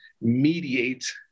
mediate